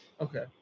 Okay